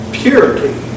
purity